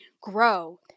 grow